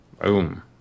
Boom